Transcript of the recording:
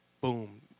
Boom